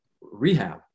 rehab